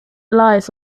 lies